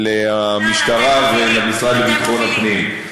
למשטרה ולמשרד לביטחון הפנים.